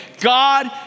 God